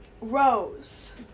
Rose